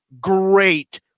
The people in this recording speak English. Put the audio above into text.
great